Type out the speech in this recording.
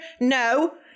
no